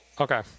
Okay